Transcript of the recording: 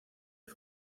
hay